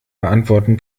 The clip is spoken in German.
beantworten